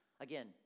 again